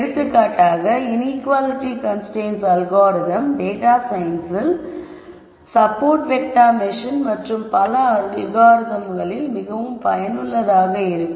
எடுத்துக்காட்டாக inequality constraints algorithm data சயின்ஸில் support vector machine மற்றும் பல அல்காரிதம்களில் மிகவும் பயனுள்ளதாக இருக்கும்